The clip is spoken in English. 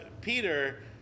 Peter